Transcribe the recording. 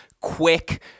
quick